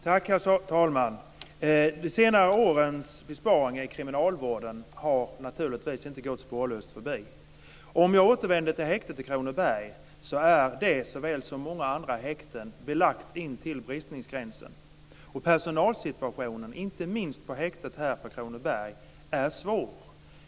Herr talman! De senare årens besparingar i kriminalvården har naturligtvis inte gått spårlöst förbi. För att återvända till Kronobergshäktet är det, liksom många andra häkten, belagt intill bristningsgränsen. Personalsituationen, inte minst här på Kronobergshäktet, är svår.